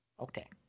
Okay